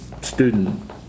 student